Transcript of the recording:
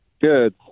Good